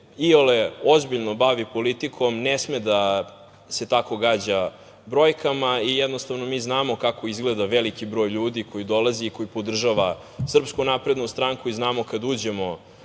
iole ozbiljno bavi politikom ne sme da se tako gađa brojkama i jednostavno mi znamo kako izgleda veliki broj ljudi koji dolazi i koji podržava SNS i znamo kada uđemo